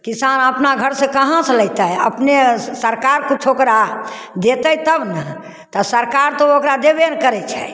किसान अपना घरसे कहाँसे लएतै अपने सरकार किछु ओकरा देतै तब ने तऽ सरकार तऽ ओकरा देबे नहि करै छै